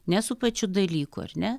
ne su pačiu dalyku ar ne